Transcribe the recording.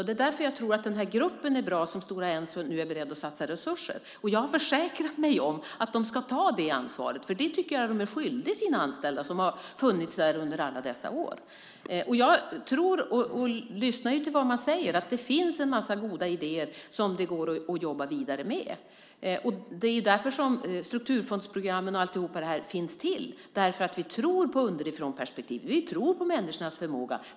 Det är därför jag tror att det är bra med den här gruppen som Stora Enso nu är berett att satsa resurser på. Jag har försäkrat mig om att de ska ta detta ansvar, för det tycker jag att de är skyldiga sina anställda som har funnits där i alla dessa år. Jag tror, och lyssnar på, vad man säger. Det finns en massa goda idéer som det går att jobba vidare med. Det är ju därför som strukturfondsprogrammen och allt det här finns till, för att vi tror på underifrånperspektivet. Vi tror på människornas förmåga.